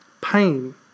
pain